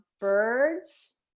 birds